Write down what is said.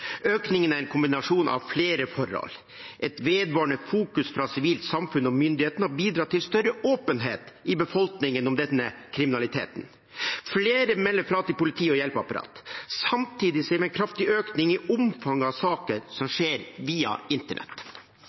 Økningen er en kombinasjon av flere forhold: En vedvarende fokusering fra sivilt samfunn og myndighetene har bidratt til større åpenhet i befolkningen om denne kriminaliteten. Flere melder fra til politiet og hjelpeapparatet. Samtidig ser man en kraftig økning i omfanget av saker som skjer via internett.